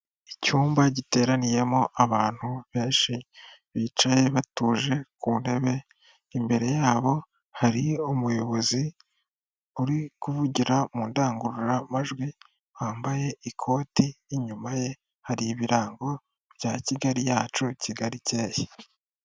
Icyumba giteraniyemo abantu benshi, bicaye batuje ku ntebe, imbere yabo hari umuyobozi uri kuvugira mu ndangururamajwi wambaye ikoti, inyuma ye hari ibirango bya Kigali yacu, Kigali ikeye.